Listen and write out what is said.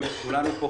באמת כולנו פה,